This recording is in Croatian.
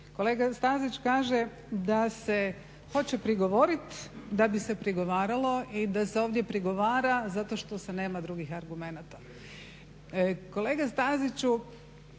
Kolega Stazić kaže da se hoće prigovorit da bi se prigovaralo i da se ovdje prigovara zato što se nema drugih argumenata. Kolega Staziću,